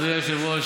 אדוני היושב-ראש,